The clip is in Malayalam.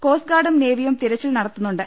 കോസ്റ്റ്ഗാർഡും നേവിയും തിരിച്ചിൽ നടത്തുന്നുണ്ട്